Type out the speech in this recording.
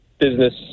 Business